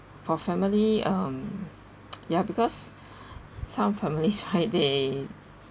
for family um ya because some families right they